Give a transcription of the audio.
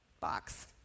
box